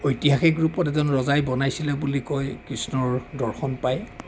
ঐতিহাসিক ৰূপত এজন ৰজাই বনাইছিলে বুলি কয় কৃষ্ণৰ দৰ্শন পাই